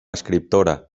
escriptora